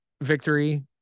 victory